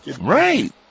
Right